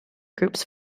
groups